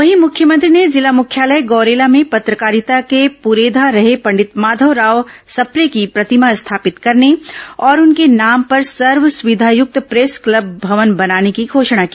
वहीं मुख्यमंत्री ने जिला मुख्यालय गौरेला में पत्रकारिता के पुरेधा रहे पंडित माधवराव सप्रे की प्रतिमा स्थापित करने और उनके नाम पर सर्व सुविधायुक्त प्रेस क्लब भवन बनाने की घोषणा की